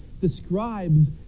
describes